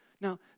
Now